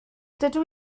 dydw